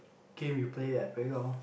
game we play at playground